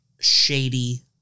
shady